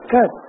Good